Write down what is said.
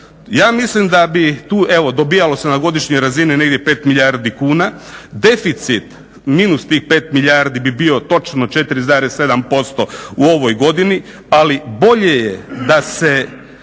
ja mislim da bi tu evo dobijalo se na godišnjoj razini negdje 5 milijardi kuna. Deficit minus tih 5 milijardi bi bio točno 4,7% u ovoj godini, ali bolje je da se